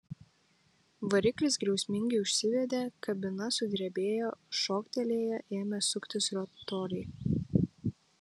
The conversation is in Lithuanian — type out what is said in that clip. variklis griausmingai užsivedė kabina sudrebėjo šoktelėję ėmė suktis rotoriai